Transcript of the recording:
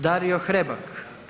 Dario Hrebak.